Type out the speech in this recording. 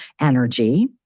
energy